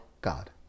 God